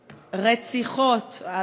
רציחות.